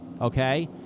okay